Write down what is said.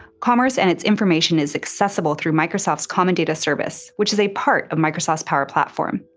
commerce and its information is accessible through microsoft's common data service, which is a part of microsoft's power platform.